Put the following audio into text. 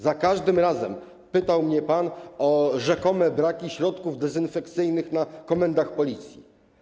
Za każdym razem pytał mnie pan o rzekome braki środków dezynfekcyjnych na komendach Policji.